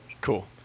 Cool